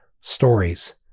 Stories